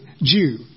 Jew